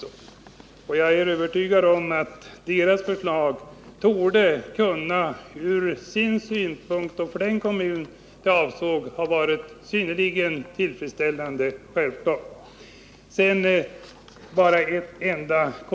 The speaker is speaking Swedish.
Jag är självfallet helt övertygad om att förslaget ur de berörda kommunernas synpunkt ansågs vara synnerligen tillfredsställande.